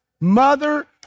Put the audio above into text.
mother